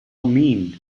mean